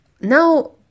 Now